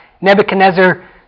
Nebuchadnezzar